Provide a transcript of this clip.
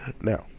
Now